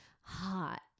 hot